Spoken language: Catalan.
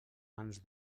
mans